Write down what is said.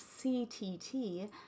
CTT